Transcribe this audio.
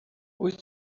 wyt